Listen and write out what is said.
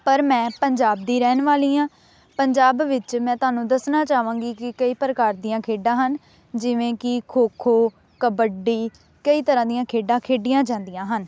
ਪਰ ਮੈਂ ਪੰਜਾਬ ਦੀ ਰਹਿਣ ਵਾਲੀ ਹਾਂ ਪੰਜਾਬ ਵਿੱਚ ਮੈਂ ਤੁਹਾਨੂੰ ਦੱਸਣਾ ਚਾਹਵਾਂਗੀ ਕਿ ਕਈ ਪ੍ਰਕਾਰ ਦੀਆਂ ਖੇਡਾਂ ਹਨ ਜਿਵੇਂ ਕਿ ਖੋ ਖੋ ਕਬੱਡੀ ਕਈ ਤਰ੍ਹਾਂ ਦੀਆਂ ਖੇਡਾਂ ਖੇਡੀਆਂ ਜਾਂਦੀਆਂ ਹਨ